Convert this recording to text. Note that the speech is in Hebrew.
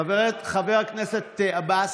חבר הכנסת עבאס,